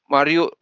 Mario